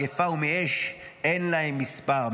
ממגפה ומאש אין להם מספר.